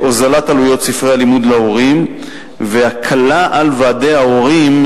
הוזלת עלויות ספרי הלימוד להורים והקלה על ועדי ההורים